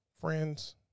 Friends